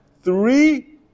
three